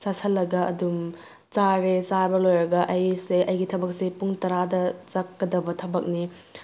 ꯆꯥꯁꯤꯜꯂꯒ ꯑꯗꯨꯝ ꯆꯥꯔꯦ ꯆꯥꯕ ꯂꯣꯏꯔꯒ ꯑꯩꯁꯦ ꯑꯩꯒꯤ ꯊꯕꯛꯁꯦ ꯄꯨꯡ ꯇꯥꯔꯥꯗ ꯆꯠꯀꯗꯕ ꯊꯕꯛꯅꯦ